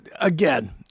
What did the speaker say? again